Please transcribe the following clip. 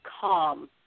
calm